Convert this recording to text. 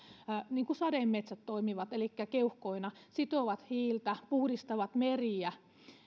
niin kuin sademetsät toimivat elikkä keuhkoina sitovat hiiltä puhdistavat meriä